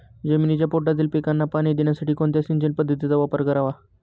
जमिनीच्या पोटातील पिकांना पाणी देण्यासाठी कोणत्या सिंचन पद्धतीचा वापर करावा?